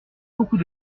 beaucoup